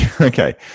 Okay